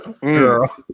girl